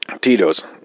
Tito's